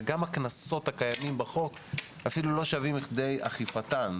וגם הקנסות הקיימים בחוק אפילו לא שווים לכדי אכיפתם,